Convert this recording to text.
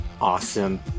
awesome